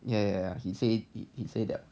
ya he say he that